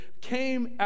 came